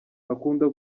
akunda